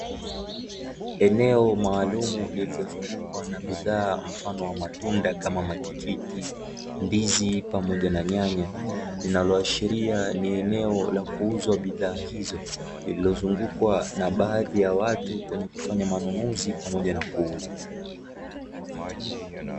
Eneo maalumu lililozungukwa na bidhaa mfano wa matunda kama matikiti, ndizi pamoja na nyanya, linaloashiria ni eneo la kuuza bidhaa hizo, lililozungukwa na baadhi ya watu wenye kufanya manunuzi pamoja na kuuza.